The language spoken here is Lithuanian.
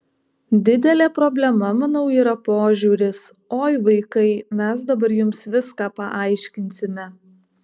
didelė problema manau yra požiūris oi vaikai mes dabar jums viską paaiškinsime